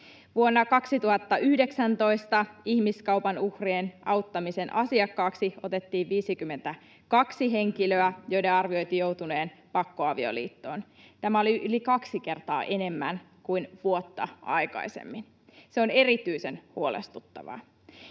Vuonna 2019 ihmiskaupan uhrien auttamisen asiakkaaksi otettiin 52 henkilöä, joiden arvioitiin joutuneen pakkoavioliittoon. Tämä oli yli kaksi kertaa enemmän kuin vuotta aikaisemmin. Se on erityisen huolestuttavaa.